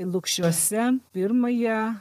lukšiuose pirmąją